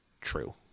true